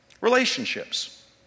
Relationships